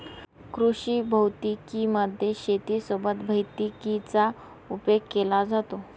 कृषी भौतिकी मध्ये शेती सोबत भैतिकीचा उपयोग केला जातो